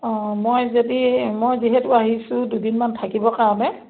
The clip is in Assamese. অঁ মই যদি মই যিহেতু আহিছোঁ দুদিনমান থাকিবৰ কাৰণে